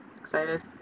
Excited